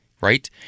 right